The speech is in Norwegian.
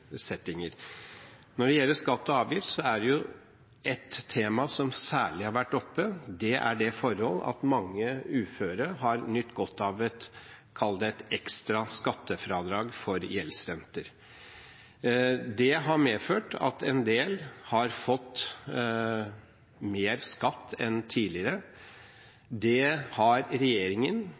Når det gjelder skatt og avgift, er det ett tema som særlig har vært oppe. Det er det forhold at mange uføre har nytt godt av et – kall det – ekstra skattefradrag for gjeldsrenter. Det har medført at en del har fått mer skatt enn tidligere. Det har regjeringen